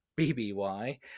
BBY